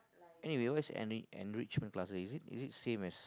anyway what is enrich enrichment classes is it is it same as